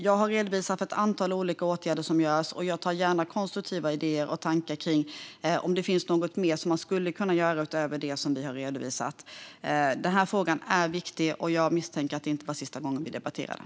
Jag har redovisat ett antal olika åtgärder som vidtas, och jag tar gärna emot konstruktiva idéer och tankar kring om det finns något man skulle kunna göra utöver det som vi har redovisat. Frågan är viktig, och jag misstänker att detta inte är sista gången vi debatterar den.